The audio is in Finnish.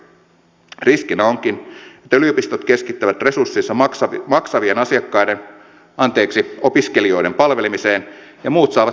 riskinä onkin että yliopistot keskittävät resurssinsa maksavien asiakkaiden anteeksi opiskelijoiden palvelemiseen ja muut saavat heikompaa opetusta